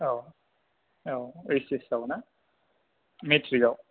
औ औ ओइस एस आव ना मेट्रिकआव